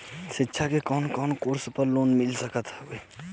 शिक्षा मे कवन कवन कोर्स पर लोन मिल सकत हउवे?